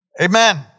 amen